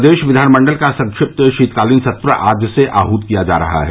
प्रदेश विधानमंडल का संक्षिप्त शीतकालीन सत्र आज से आहूत किया जा रहा है